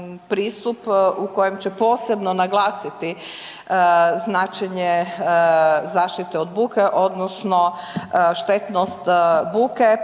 u kojem će posebno naglasiti značenje zaštite od buke odnosno štetnost buke